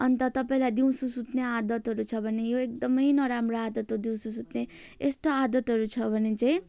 अन्त तपाईँलाई दिउँसो सुत्ने आदतहरू छ भने यो एकदमै नराम्रो आदत हो दिउँसो सुत्ने यस्तो आदतहरू छ भने चाहिँ